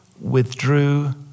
withdrew